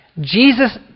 Jesus